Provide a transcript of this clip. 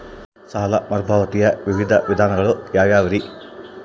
ಸಾಲ ಮರುಪಾವತಿಯ ವಿವಿಧ ವಿಧಾನಗಳು ಯಾವ್ಯಾವುರಿ?